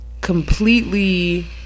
completely